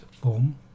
form